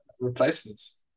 replacements